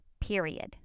period